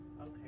okay